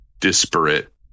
disparate